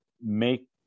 make